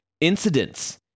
incidents